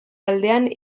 aldean